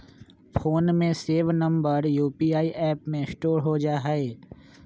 phone में save number UPI app में store हो जा हई